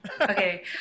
Okay